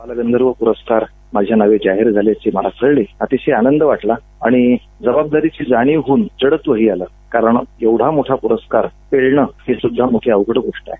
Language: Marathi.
बालगंधर्व प्रस्कार माझ्या नावे जाहीर झाल्याचे कळाले आणि अतिशय आनंद वाटला आणि जबाबदारीची जाणीव होऊन जडत्व आले कारण एवढा मोठा पुरस्कार पेलणे हि खूप मोठी अवघड गोष्ट आहे